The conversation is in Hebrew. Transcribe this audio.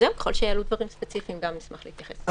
ככל שיעלו דברים ספציפיים, אשמח להתייחס.